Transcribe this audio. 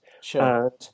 Sure